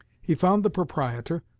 he found the proprietor,